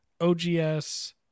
OGS